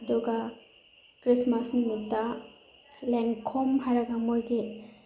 ꯑꯗꯨꯒ ꯈ꯭ꯔꯤꯁꯃꯥꯁ ꯅꯨꯃꯤꯠꯇ ꯂꯦꯡꯈꯣꯝ ꯍꯥꯏꯔꯒ ꯃꯣꯏꯒꯤ